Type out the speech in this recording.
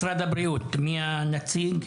משרד הבריאות, מי הנציג?